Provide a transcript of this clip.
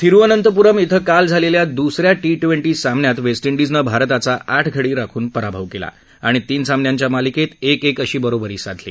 थिरुअनंतपुरम क्रिं काल झालच्या दुस या टी ट्वेंटी सामन्यात वस्ति डिजनं भारताचा आठ गडी राखून पराभव क्लिा आणि तीन सामन्याच्या मालिकतीएक एक अशी बरोबरी साधली